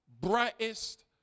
brightest